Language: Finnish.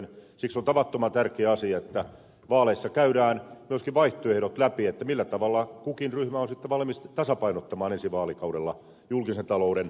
siksi on tavattoman tärkeä asia että vaaleissa käydään myöskin vaihtoehdot läpi millä tavalla kukin ryhmä on sitten valmis tasapainottamaan ensi vaalikaudella julkisen talouden